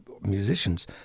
musicians